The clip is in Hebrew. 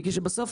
בגלל שבסוף,